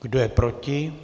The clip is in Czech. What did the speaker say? Kdo je proti?